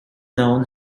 known